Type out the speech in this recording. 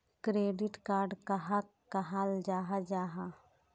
Credit card कहाक कहाल जाहा जाहा?